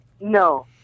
No